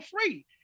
free